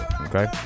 okay